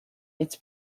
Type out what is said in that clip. its